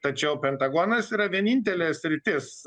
tačiau pentagonas yra vienintelė sritis